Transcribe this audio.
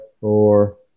four